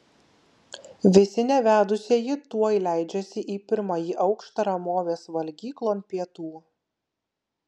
visi nevedusieji tuoj leidžiasi į pirmąjį aukštą ramovės valgyklon pietų